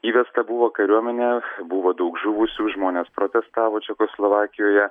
įvesta buvo kariuomenė buvo daug žuvusių žmonės protestavo čekoslovakijoje